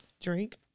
Drink